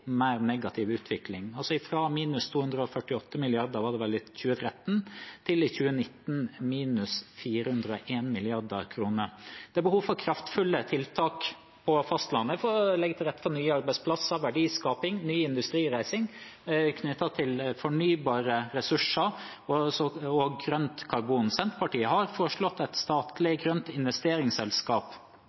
mer negativ utvikling – fra minus 248 mrd. kr var det vel i 2013, til minus 401 mrd. kr. i 2019. Det er behov for kraftfulle tiltak på fastlandet for å legge til rette for nye arbeidsplasser, verdiskaping og ny industrireising knyttet til fornybare ressurser og grønt karbon. Senterpartiet har foreslått et statlig grønt investeringsselskap